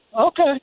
Okay